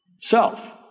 self